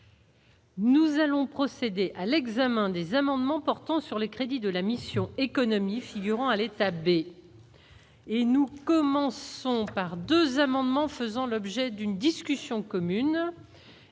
Nous allons procéder à l'examen des amendements portant sur les crédits de la mission économie figurant l'taper et nous commençons par 2 amendements faisant l'objet d'une discussion commune